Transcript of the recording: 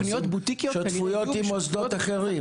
עושים שותפויות עם מוסדות אחרים.